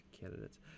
candidates